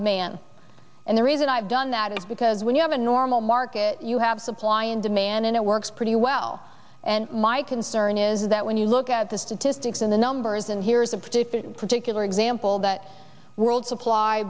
demand and the reason i've done that is because when you have a normal market you have supply and demand and it works pretty well and my concern is that when you look at the statistics in the numbers and here's a particular particular example that world supply